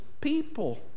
people